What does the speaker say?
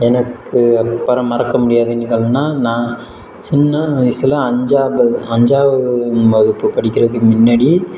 எனக்கு அப்புறம் மறக்க முடியாத நிகழ்வுன்னா நான் சின்ன வயசில் அஞ்சாவது அஞ்சாவது வகுப்பு படிக்கிறதுக்கு முன்னடி